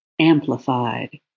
amplified